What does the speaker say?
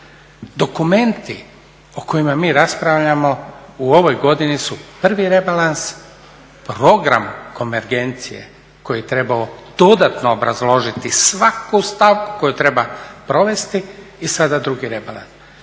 Dokumenti o kojima mi raspravljamo u ovoj godini su prvi rebalans, program konvergencije koji je trebao dodatno obrazložiti svaku stavku koju treba provesti i sada drugi rebalans.